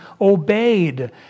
obeyed